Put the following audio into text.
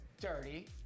dirty